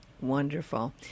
Wonderful